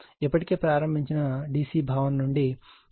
ఇప్పటికే ప్రారంభించిన DC భావన నుండి చూస్తాము